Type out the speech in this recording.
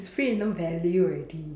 it's free no value already